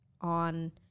on